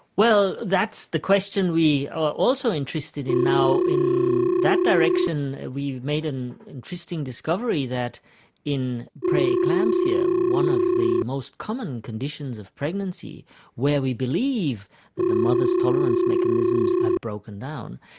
well, that's the question we are also interested in. in that direction we made an interesting discovery, that in pre-eclampsia, one of the most common conditions of pregnancy where we believe that the mother's tolerance mechanisms have broken down,